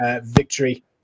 victory